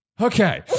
Okay